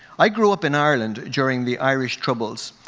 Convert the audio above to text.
i grew up in ireland during the irish troubles,